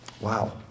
Wow